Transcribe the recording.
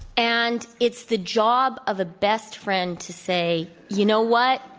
and it's the job of the best friend to say, you know what?